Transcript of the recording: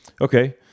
okay